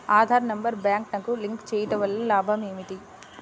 Aadhaar number బ్యాంక్నకు link చేయుటవల్ల లాభం ఏమిటి?